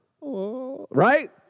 Right